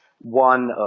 one